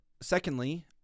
Secondly